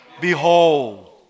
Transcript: Behold